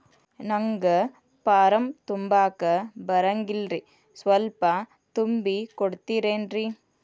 ನಂಗ ಫಾರಂ ತುಂಬಾಕ ಬರಂಗಿಲ್ರಿ ಸ್ವಲ್ಪ ತುಂಬಿ ಕೊಡ್ತಿರೇನ್ರಿ?